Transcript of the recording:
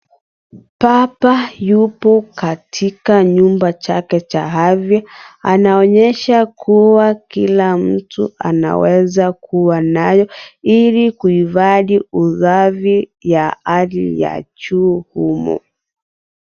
Baba yupo katika nyumba chake cha hadhi. Anaonyesha kuwa kila mtu, anaweza kuwa nayo. Ili kuhifadhi usafi ya hali ya juu humo.